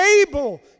able